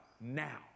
now